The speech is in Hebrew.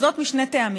וזאת משני טעמים: